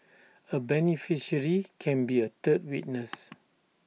A beneficiary can be A third witness